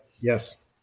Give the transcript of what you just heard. Yes